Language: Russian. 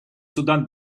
судан